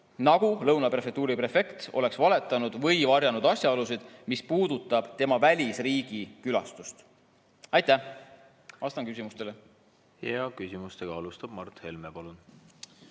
nagu Lõuna prefektuuri prefekt oleks valetanud või varjanud asjaolusid, mis puudutavad tema välisriigi külastust. Aitäh! Vastan küsimustele. Ja küsimustega alustab Mart Helme. Palun!